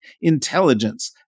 intelligence